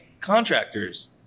contractors